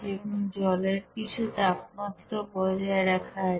এবং জলের কিছু তাপমাত্রা বজায় রাখা আছে